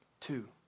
Two